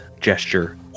gesture